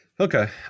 Okay